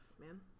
man